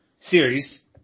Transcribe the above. series